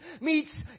meets